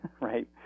right